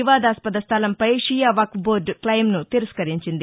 వివాదాస్పద స్టలంపై షియా వక్ప్ బోర్డు క్లయిమ్ను తిరస్కరించింది